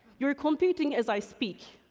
you're computing as i speak,